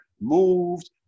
moved